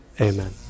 Amen